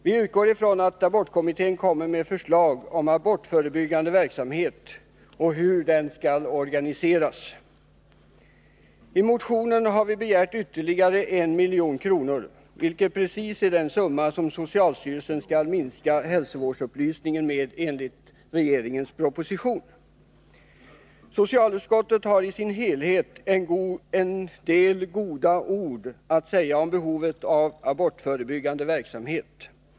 Vi utgår ifrån att abortkommittén kommer med förslag om abortförebyggande verksamhet och hur den skall organiseras. I motionen har vi begärt ytterligare 1 milj.kr., vilket precis är den summa som socialstyrelsen enligt propositionens förslag skall minska hälsoupplysningen med. Socialutskottet har en del goda ord att säga om behovet av abortförebyggande verksamhet.